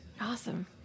Awesome